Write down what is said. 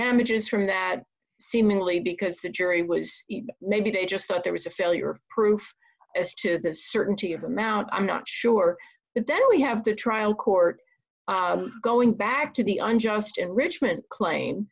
damages from that seemingly because the jury was maybe they just thought there was a failure of proof as to the certainty of them out i'm not sure but then we have the trial court going back to the unjust enrichment claim